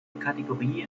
kategorie